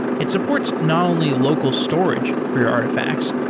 it supports not only local storage for your artifacts,